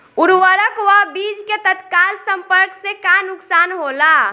उर्वरक व बीज के तत्काल संपर्क से का नुकसान होला?